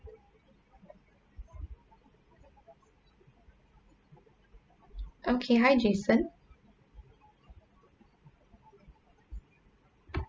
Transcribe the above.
okay hi jason